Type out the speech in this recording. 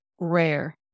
rare